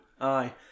Aye